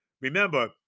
remember